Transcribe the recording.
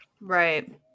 Right